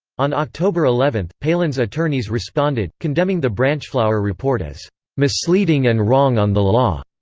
on october eleven, palin's attorneys responded, condemning the branchflower report as misleading and wrong on the law.